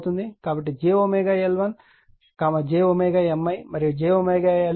కాబట్టి j L1 j M iమరియు j L2 మరియు j M i